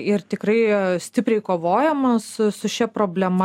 ir tikrai stipriai kovojama su su šia problema